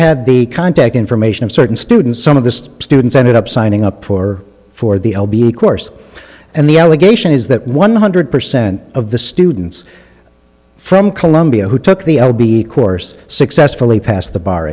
had the contact information of certain students some of the students ended up signing up for for the course and the allegation is that one hundred percent of the students from columbia who took the l b course successfully passed the bar